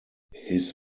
his